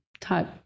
type